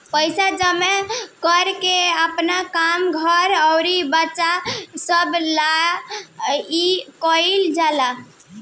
पइसा जमा कर के आपन काम, घर अउर बच्चा सभ ला कइल जाला